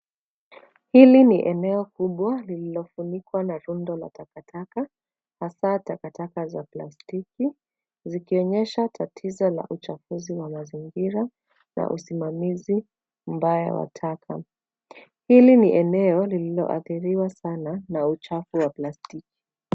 Hili ni eneo kubwa lililofunikwa na rundo la takataka, hasa takataka za plastiki, zikionyesha tatizo la uchafuzi wa mazingira na usimamizi mbaya wa taka. Hili ni eneo lililoathiriwa sana na uchafu wa plastiki.